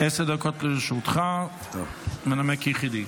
עשר דקות לרשותך, מנמק יחידי.